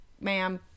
ma'am